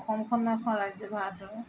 অসমখন এখন ৰাজ্য ভাৰতৰ